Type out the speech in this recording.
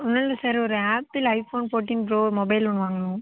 ஒன்றுல்ல சார் ஒரு Apple iPhone fourteen pro mobile ஒன்று வாங்கனும்